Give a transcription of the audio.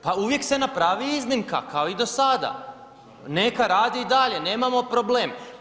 Pa uvijek se napravi iznimka kao i do sada, neka radi i dalje nemamo problem.